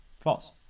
False